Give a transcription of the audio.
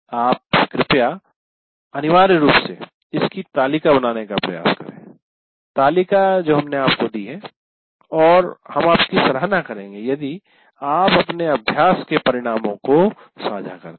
आप कृपया अनिवार्य रूप से इसकी तालिका बनाने का प्रयास करें तालिका जो हमने आपको दी है और आपकी सराहना करेंगे यदि आप अपने अभ्यास के परिणामों को साझा करते हैं